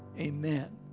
amen